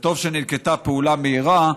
וטוב שננקטה פעולה מהירה,